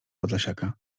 podlasiaka